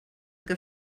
que